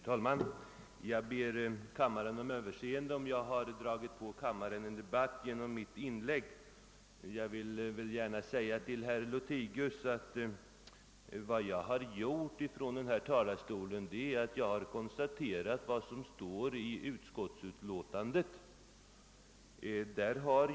Herr talman! Jag ber kammarens ledamöter om överseende om jag har dragit på dem en debatt genom mitt inlägg. Jag vill gärna säga herr Lothigius att jag från denna talarstol endast framhållit vad som står i utskottsutlåtandet.